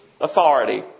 authority